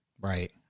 Right